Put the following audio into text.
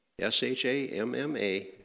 S-H-A-M-M-A